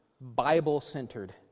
Bible-centered